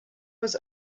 was